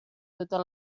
totes